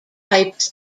types